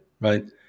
right